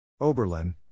Oberlin